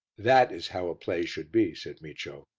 that is how a play should be, said micio.